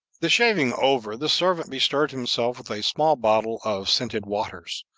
the shaving over, the servant bestirred himself with a small bottle of scented waters,